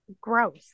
gross